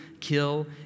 kill